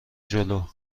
جلو